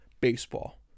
baseball